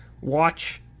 watch